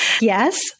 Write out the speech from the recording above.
Yes